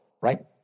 right